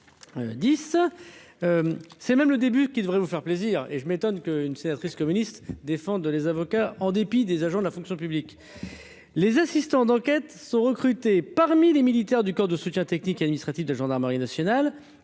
c'est même le début qui devrait vous faire plaisir et je m'étonne que une sénatrice communiste défendent les avocats en dépit des agents de la fonction publique, les assistants d'enquête sont recrutés parmi les militaires du camp de soutien technique administratif de gendarmerie nationale